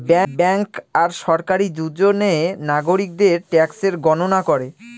bank আর সরকারি দুজনে নাগরিকদের ট্যাক্সের গণনা করে